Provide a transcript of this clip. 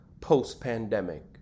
post-pandemic